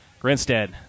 Grinstead